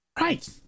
Right